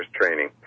training